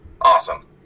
Awesome